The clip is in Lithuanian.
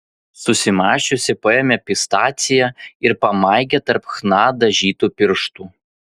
susimąsčiusi paėmė pistaciją ir pamaigė tarp chna dažytų pirštų